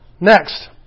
Next